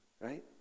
Right